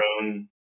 own